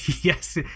yes